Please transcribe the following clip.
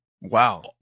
Wow